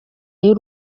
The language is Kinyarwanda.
y’u